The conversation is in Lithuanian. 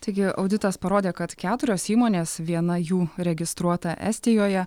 taigi auditas parodė kad keturios įmonės viena jų registruota estijoje